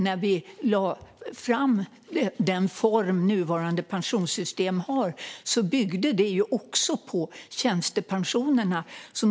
När vi lade fram den form som nuvarande pensionssystem har byggde det också på tjänstepensionerna.